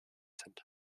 sind